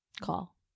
call